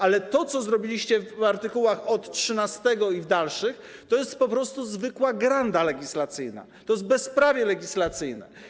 Ale to, co zrobiliście w art. 13 i w dalszych, to jest po prostu zwykła granda legislacyjna, to jest bezprawie legislacyjne.